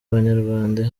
abanyarwanda